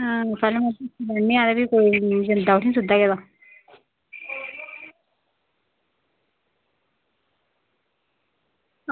हां पैह्लें महां फ्ही कोई जंदा उठी ना सिद्धा गेदा